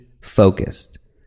focused